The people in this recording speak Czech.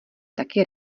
taky